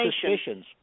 suspicions